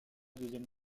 deuxième